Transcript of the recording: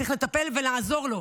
צריך לטפל ולעזור לו,